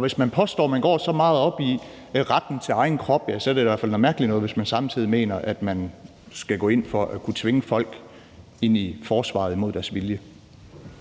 Hvis man påstår, at man går så meget op i retten til egen krop, er det da i hvert fald noget mærkelig noget, hvis man samtidig mener, at man skal gå ind for at kunne tvinge folk ind i forsvaret imod deres vilje.